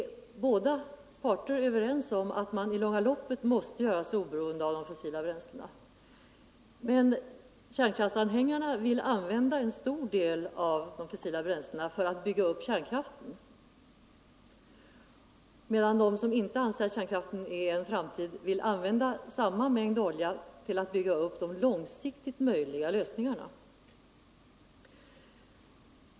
I båda lägren är man ense om att vi i det långa loppet måste göra oss oberoende av de fossila bränslena, men kärnkraftanhängarna vill använda en stor del av dem för att bygga upp 167 kärnkraften, medan vi som inte anser att kärnkraften är någonting för framtiden vill använda samma mängd olja för att förverkliga de långsiktigt möjliga lösningarna.